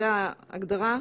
זו ההגדרה,